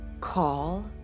call